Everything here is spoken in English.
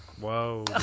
Whoa